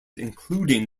including